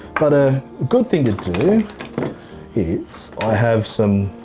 but a good thing to to do is i have some